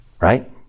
Right